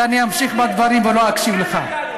אז אני אמשיך בדברים ולא אקשיב לך.